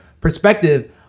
perspective